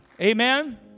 amen